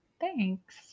Thanks